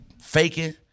faking